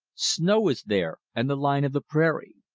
snow is there, and the line of the prairie.